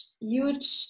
huge